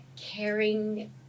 caring